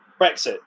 Brexit